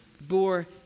bore